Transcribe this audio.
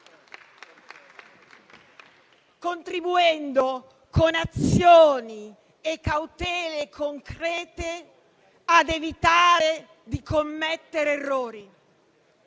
contribuendo con azioni e cautele concrete ad evitare di commettere errori.